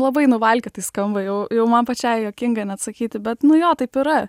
labai nuvalkiotai skamba jau jau man pačiai juokinga net sakyti bet nu jo taip yra